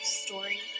story